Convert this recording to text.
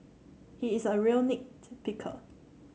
he is a real nit picker